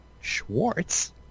Schwartz